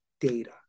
data